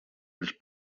els